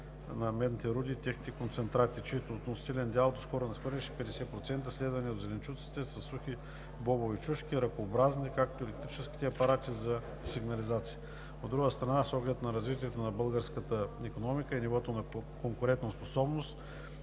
на медните руди и техните концентрати, чийто относителен дял доскоро надхвърляше 50%, следвани от зеленчуците със сухи бобови чушки, ракообразните, както и електрическите апарати за сигнализация. От друга страна, с оглед на развитието на българската икономика и нивото на конкурентоспособност